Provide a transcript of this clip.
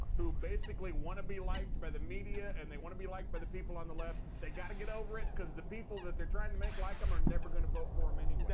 who basically want to be liked by the media and they want to be liked by the people on the left. they gotta get over it, because the people that they're trying to make like them are never going to vote for them anyway.